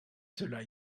cela